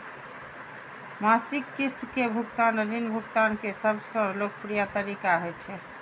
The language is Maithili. मासिक किस्त के भुगतान ऋण भुगतान के सबसं लोकप्रिय तरीका होइ छै